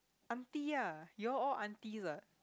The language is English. auntie ah you all all auntie what